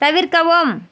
தவிர்க்கவும்